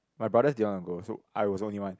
my brother didn't want to go so I was only one